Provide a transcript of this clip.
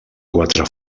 quatre